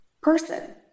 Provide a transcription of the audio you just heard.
person